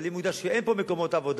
אבל אם הוא ידע שאין פה מקומות עבודה,